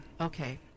Okay